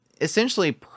essentially